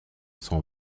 sans